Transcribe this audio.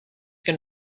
can